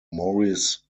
maurice